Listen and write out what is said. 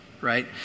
right